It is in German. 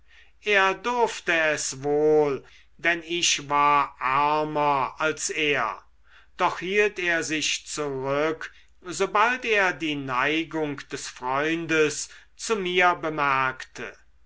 er durfte es wohl denn ich war ärmer als er doch hielt er sich zurück sobald er die neigung des freundes zu mir bemerkte